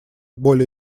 более